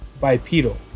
bipedal